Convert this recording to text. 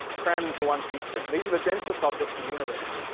crammed into one teaspoon. these are the densest objects in the universe.